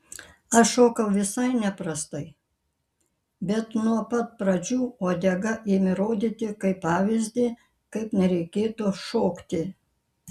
aš šokau visai neprastai bet nuo pat pradžių uodega ėmė rodyti kaip pavyzdį kaip nereikėtų šokti